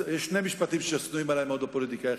שני משפטים ששנואים עלי מאוד בפוליטיקה.